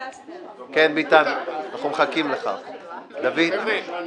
ההצעה הייתה לדון בהיבטים